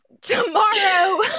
Tomorrow